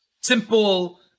simple